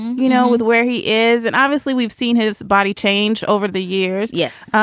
you know, with where he is. and obviously, we've seen his body change over the years. yes.